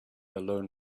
alone